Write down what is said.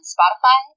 Spotify